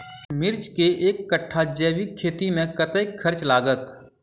मिर्चा केँ एक कट्ठा जैविक खेती मे कतेक खर्च लागत?